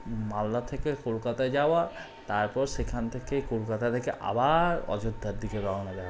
মালদা থেকে কলকাতায় যাওয়া তারপর সেখান থেকে কলকাতা থেকে আবার অযোধ্যার দিকে রওনা হওয়া